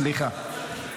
סליחה.